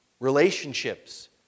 Relationships